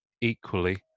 equally